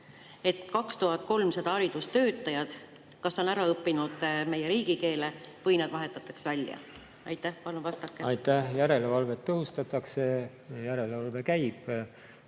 et 2300 haridustöötajat kas õpivad meie riigikeele ära või nad vahetatakse välja? Palun vastake! Aitäh! Järelevalvet tõhustatakse, järelevalve käib,